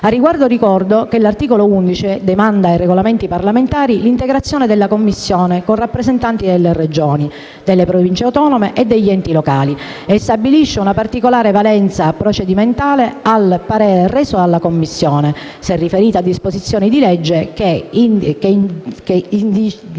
Al riguardo, ricordo che l'articolo 11 demanda ai Regolamenti parlamentari l'integrazione della Commissione con rappresentanti delle Regioni, delle Province autonome e degli enti locali e stabilisce una particolare valenza procedimentale al parere reso dalla Commissione, se riferito a disposizioni di legge che incidano